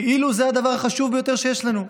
כאילו זה הדבר החשוב ביותר שיש לנו.